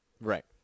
Right